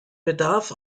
bedarf